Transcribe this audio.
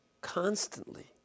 constantly